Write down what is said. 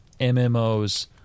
MMOs